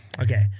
okay